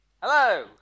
Hello